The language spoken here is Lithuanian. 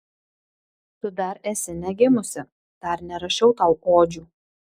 tu dar esi negimusi dar nerašiau tau odžių